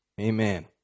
Amen